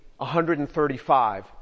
135